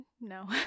No